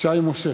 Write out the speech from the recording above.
שי משה.